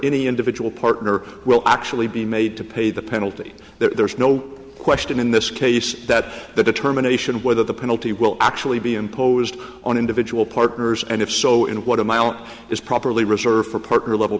any individual partner will actually be made to pay the penalty there's no question in this case that the determination of whether the penalty will actually be imposed on individual partners and if so in what amount is properly reserved for partner level